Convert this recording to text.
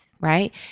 Right